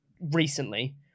recently